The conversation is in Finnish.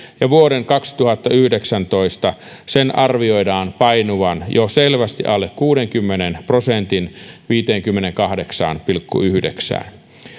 ja vuonna kaksituhattayhdeksäntoista sen arvioidaan painuvan jo selvästi alle kuudenkymmenen prosentin viiteenkymmeneenkahdeksaan pilkku yhdeksään